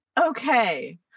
okay